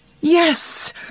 Yes